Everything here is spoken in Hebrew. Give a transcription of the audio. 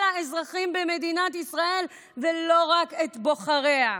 האזרחים במדינת ישראל ולא רק את בוחריה.